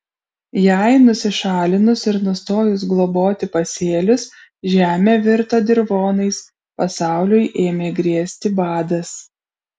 jai nusišalinus ir nustojus globoti pasėlius žemė virto dirvonais pasauliui ėmė grėsti badas